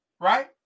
right